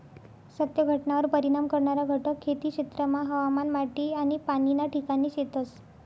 सत्य घटनावर परिणाम करणारा घटक खेती क्षेत्रमा हवामान, माटी आनी पाणी ना ठिकाणे शेतस